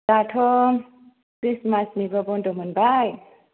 दाथ क्रिसमासनिबो बन्द मोनबाय